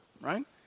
right